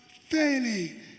failing